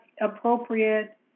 appropriate